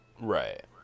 Right